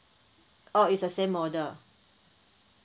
oh it's the same model